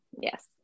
Yes